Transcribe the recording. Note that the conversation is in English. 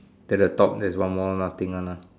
then the top there's one more nothing one ah